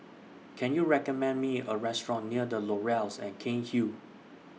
Can YOU recommend Me A Restaurant near The Laurels At Cairnhill